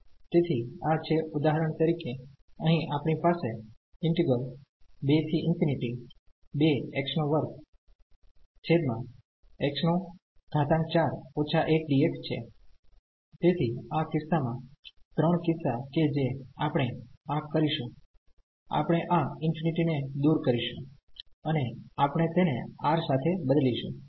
તેથી આ છે ઉદાહરણ તરીકે અહીં આપણી પાસે છે તેથી આ કિસ્સામાં ત્રણ કિસ્સા કે જે આપણે આ કરીશું આપણે આ ∞ ને દૂર કરીશું અને આપણે તેને R સાથે બદલીશું